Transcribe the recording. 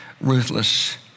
ruthless